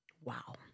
Wow